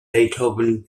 beethoven